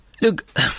Look